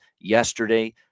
yesterday